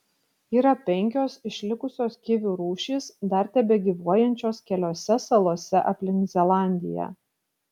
yra penkios išlikusios kivių rūšys dar tebegyvuojančios keliose salose aplink zelandiją